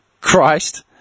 christ